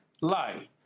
lie